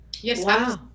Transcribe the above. Yes